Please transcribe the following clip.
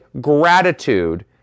gratitude